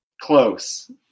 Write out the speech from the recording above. close